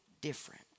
different